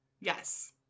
Yes